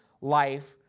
life